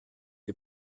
die